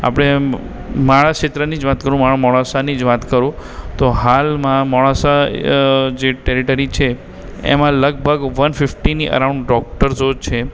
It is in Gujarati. આપણે મારા ક્ષેત્રની જ વાત કરું મારા મોડાસાની જ વાત કરું તો હાલમાં મોડાસા જે ટેરિટરી છે એમાં લગભગ વન ફિફ્ટીની અરાઉન્ડ ડૉક્ટર્સ છે